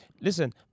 Listen